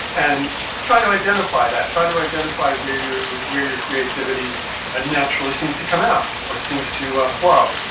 and try to identify that. try to identify where your where your creativity ah naturally seems to come out or seems to ah flow.